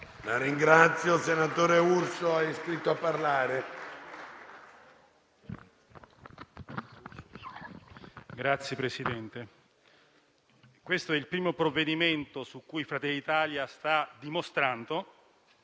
Signor Presidente, questo è il primo provvedimento su cui Fratelli d'Italia sta dimostrando,